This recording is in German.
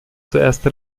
zuerst